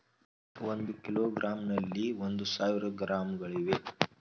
ಒಂದು ಕಿಲೋಗ್ರಾಂನಲ್ಲಿ ಒಂದು ಸಾವಿರ ಗ್ರಾಂಗಳಿವೆ